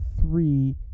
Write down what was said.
three